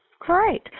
Great